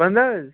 پَنٛداہ حظ